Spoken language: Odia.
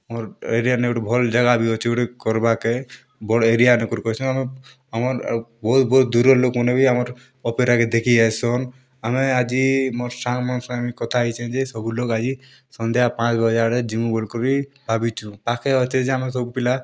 ଆମର୍ ଏରିଆନେ ଗୁଟେ ଭଲ୍ ଜାଗା ବି ଅଛେ ଗୁଟେ କର୍ବାକେ ବଡ଼୍ ଏରିଆନୁ କରୁଛନ୍ ଆମର୍ ଆରୁ ବହୁତ୍ ବହୁତ୍ ଦୂରର୍ ଲୋକ୍ମାନେ ବି ଆମର୍ ଅପେରାକେ ଦେଖି ଆଏସନ୍ ଆମେ ଆଜି ମୋର୍ ସାଙ୍ଗମାନେ ସାଙ୍ଗେ କଥା ହେଇଛେଁ ଯେ ସବୁ ଲୋକ୍ ଆଜି ସନ୍ଧ୍ୟା ପାଞ୍ଚ୍ ବଜେ ଆଡ଼େ ଯିମୁ ବୋଲିକରି ଭାବିଛୁଁ ପାଖେ ଅଛେ ଯେ ଆମର୍ ସବୁ ପିଲା